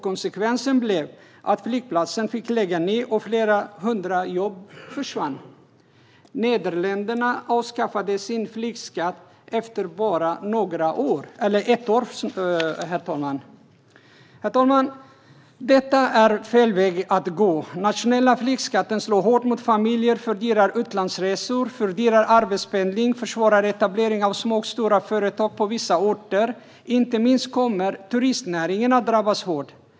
Konsekvensen blev att flygplatsen fick läggas ned, och flera hundra jobb försvann. Nederländerna avskaffade sin flygskatt efter bara ett år. Detta är fel väg att gå. En nationell flygskatt slår hårt mot familjer, fördyrar utlandsresor, fördyrar arbetspendling och försvårar etablering av små och stora företag på vissa orter. Inte minst turistnäringen kommer att drabbas hårt.